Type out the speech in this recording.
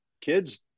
kids